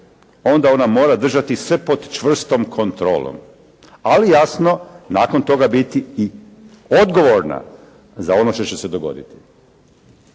onda ona mora držati sve pod čvrstom kontrolom, ali jasno nakon toga biti i odgovorna za ono što će se dogoditi.